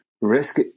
Risk